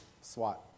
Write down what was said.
swat